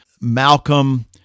Malcolm